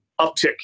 uptick